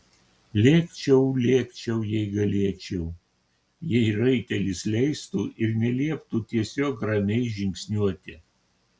lėkčiau lėkčiau jei galėčiau jei raitelis leistų ir nelieptų tiesiog ramiai žingsniuoti